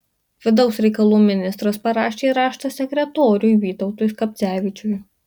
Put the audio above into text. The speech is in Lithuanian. vidaus reikalų ministras parašė raštą sekretoriui vytautui skapcevičiui